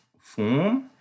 form